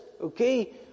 Okay